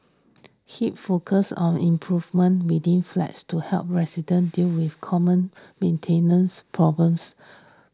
hip focus on improvement within flats to help resident deal with common maintenance problems